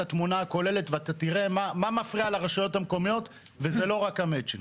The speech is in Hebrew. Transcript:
התמונה הכוללת ואתה תראה מה מפריע לרשויות המקומיות וזה לא רק המצ'ינג.